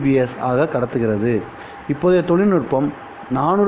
S ஆக கடத்துகிறது இப்போதைய தொழில்நுட்பம் 400 ஜி